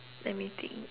let me think